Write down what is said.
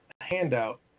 handout